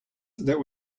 that